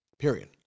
Period